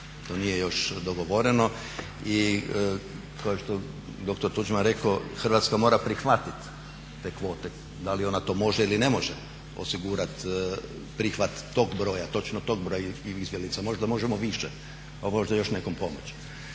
to nije još dogovoreno. I kao što je doktor Tuđman rekao Hrvatska mora prihvatiti te kvote, da li ona to može ili ne može osigurati prihvat tog broja, točno tog broja izbjeglica. Možda možemo više, pa možda još nekom pomoći.